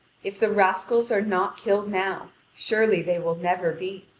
if the rascals are not killed now, surely they will never be.